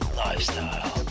lifestyle